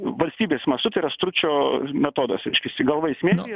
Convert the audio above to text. valstybės mastu tėra stručio metodas reiškiasi galva į smėlį